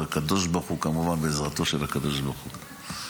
כמובן בעזרתו של הקדוש ברוך הוא.